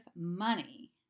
money